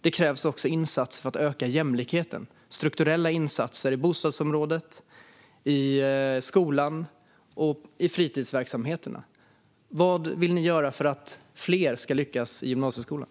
Det krävs också insatser för att öka jämlikheten. Det krävs strukturella insatser i bostadsområdet, i skolan och i fritidsverksamheterna. Vad vill ni göra för att fler ska lyckas i gymnasieskolan?